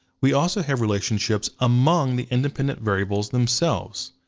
we also have relationships among the independent variables themselves.